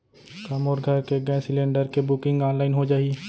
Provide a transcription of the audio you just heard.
का मोर घर के गैस सिलेंडर के बुकिंग ऑनलाइन हो जाही?